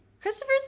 Christopher's